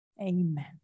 Amen